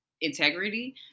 integrity